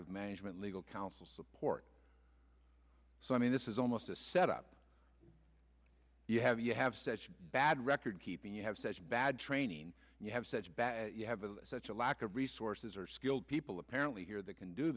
of management legal counsel support so i mean this is almost a set up you have you have said bad recordkeeping you have such bad training you have such bad you have such a lack resources are skilled people apparently here that can do